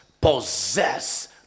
possess